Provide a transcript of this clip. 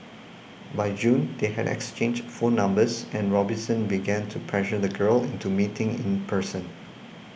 by June they had exchanged phone numbers and Robinson began to pressure the girl into meeting in person